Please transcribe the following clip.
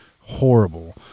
horrible